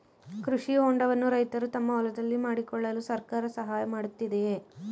ಕೃಷಿ ಹೊಂಡವನ್ನು ರೈತರು ತಮ್ಮ ಹೊಲದಲ್ಲಿ ಮಾಡಿಕೊಳ್ಳಲು ಸರ್ಕಾರ ಸಹಾಯ ಮಾಡುತ್ತಿದೆಯೇ?